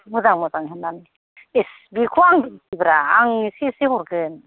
मोजां मोजां होननानै इस बेखौ आं होनोसै ब्रा आं एसे एसे हरगोन